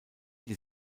die